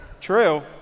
True